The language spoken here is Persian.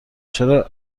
چرا